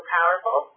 powerful